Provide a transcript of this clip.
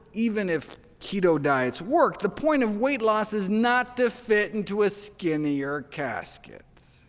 even if keto diets worked, the point of weight loss is not to fit into a skinnier casket.